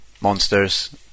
monsters